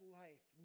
life